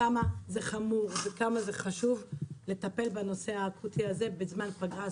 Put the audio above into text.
והבנת כמה זה חמור וכמה זה חשוב לטפל בנושא האקוטי הזה בזמן פגרה.